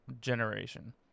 generation